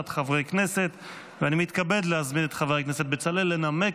הכספים לצורך הכנתה לקריאה הראשונה.